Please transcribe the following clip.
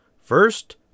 First